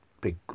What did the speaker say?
big